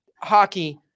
hockey